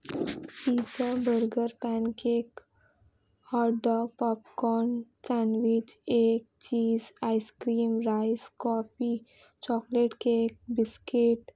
pizza burger pancake hot dog popcorn sandwich ایک چیز ice cream rice coffee chocolate cake biscuit